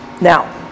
now